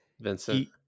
vincent